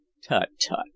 Tut-tut